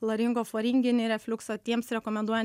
laringoflaringinį refliuksą tiems rekomenduoja